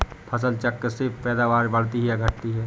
फसल चक्र से पैदावारी बढ़ती है या घटती है?